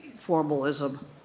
formalism